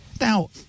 Now